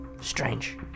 Strange